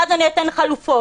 ואז אני אתן חלופות.